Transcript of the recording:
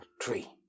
three